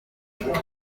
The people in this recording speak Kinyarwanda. byiciro